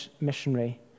missionary